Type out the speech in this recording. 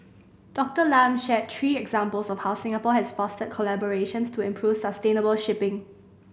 Doctor Lam shared three examples of how Singapore has fostered collaborations to improve sustainable shipping